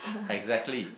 exactly